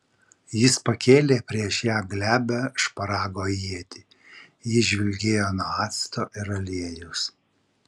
jis pakėlė prieš ją glebią šparago ietį ji žvilgėjo nuo acto ir aliejaus